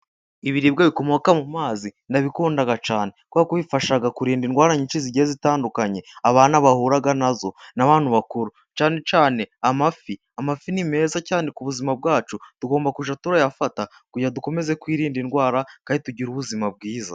Ibiribwa bikomoka mu mazi ndabikunda cyane, kubera ko bifasha kurinda indwara nyinshi zigiye zitandukanye abana bahura nazo, n'abantu bakuru cyane cyane amafi. Amafi ni meza cyane ku buzima bwacu, tugomba kujya tuyafata kugira ngo dukomeze twirinde indwara, kandi tugire ubuzima bwiza.